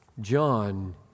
John